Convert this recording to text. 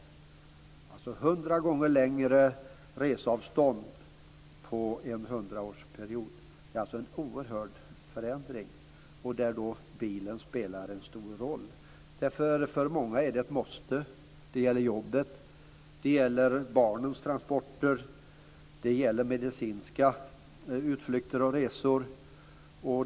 Det är alltså 100 gånger längre resavstånd på en hundraårsperiod. Det är en oerhörd förändring, där bilen spelar en stor roll. För många är den ett måste. Det gäller jobbet. Det gäller barnens transporter. Det gäller medicinska utflykter och resor.